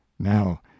Now